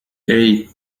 hey